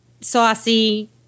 saucy